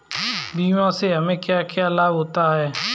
बीमा से हमे क्या क्या लाभ होते हैं?